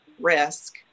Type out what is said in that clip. risk